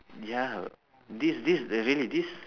ya this this really this